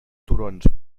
turons